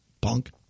Punk